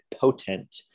potent